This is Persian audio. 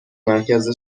مرکز